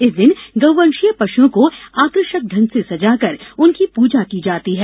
इस दिन गौवंशीय पशुओं को आकर्षक ढंग से सजाकर उनकी पूजा की जाती है